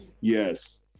yes